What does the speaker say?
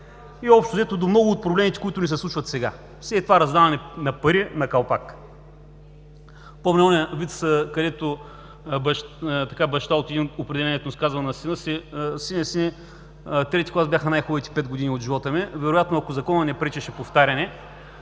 и общо взето до много от проблемите, които ни се случват сега, с това раздаване на пари на калпак. Помня вица, където баща казал на сина си: „Сине, сине, трети клас бяха най-хубавите пет години от живота ми“. Вероятно, ако законът не пречеше повтаряне,